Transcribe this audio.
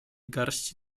garści